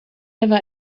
never